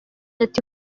ati